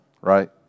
right